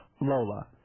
Lola